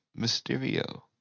Mysterio